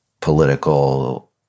political